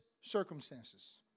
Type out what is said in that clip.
circumstances